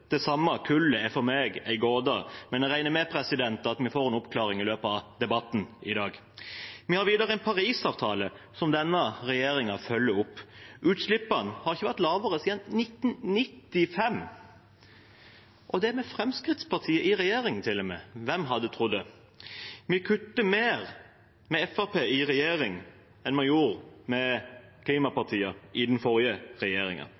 samme kullet, er for meg en gåte. Men jeg regner med at vi får en oppklaring i løpet av debatten i dag. Vi har videre en parisavtale, som denne regjeringen følger opp. Utslippene har ikke vært lavere siden 1995, og det er med Fremskrittspartiet i regjering til og med. Hvem hadde trodd det? Vi kutter mer med Fremskrittspartiet i regjering enn man gjorde med klimapartiene i den forrige